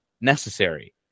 necessary